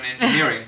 engineering